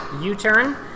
U-Turn